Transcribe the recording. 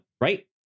right